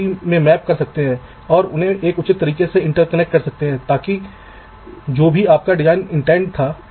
इसलिए हम यह नहीं मानते हैं कि मैंने पहले से ही लंबवत और क्षैतिज कनेक्शन रखा है वहां से मैं बस पावर और ग्राउंड लेता हूं